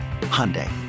Hyundai